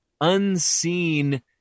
unseen